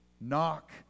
knock